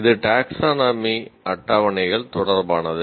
இது டாக்சோனாமி அட்டவணைகள் தொடர்பானது